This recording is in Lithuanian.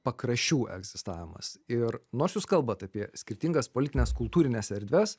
pakraščių egzistavimas ir nors jūs kalbat apie skirtingas politines kultūrines erdves